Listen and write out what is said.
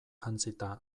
jantzita